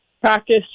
practice